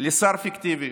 לשר פיקטיבי.